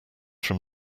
from